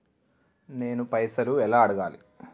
నేను పైసలు ఎలా అడగాలి?